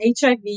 HIV